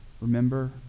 Remember